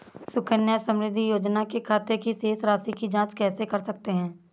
सुकन्या समृद्धि योजना के खाते की शेष राशि की जाँच कैसे कर सकते हैं?